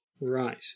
Right